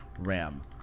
ram